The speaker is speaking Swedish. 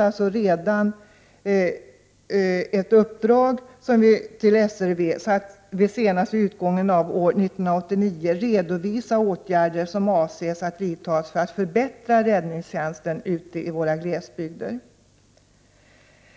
1988/89:91 har redan fått i uppdrag att senast vid utgången av år 1989 redovisa de 6 april 1989 åtgärder som man avser att vidta för att förbättra räddningstjänsten i våra Planering och anslag glesbygder.